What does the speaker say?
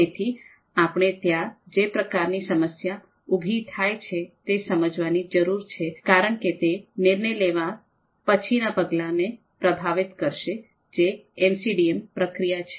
તેથી આપણે ત્યાં જે પ્રકારની સમસ્યા ઉભી થાય છે તે સમજવાની જરૂર છે કારણ કે તે નિર્ણય લેવાના પછીના પગલાઓને પ્રભાવિત કરશે જે એમસીડીએમ પ્રક્રિયા છે